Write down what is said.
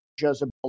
Jezebel